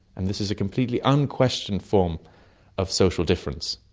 and this is a completely unquestioned form of social difference.